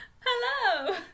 Hello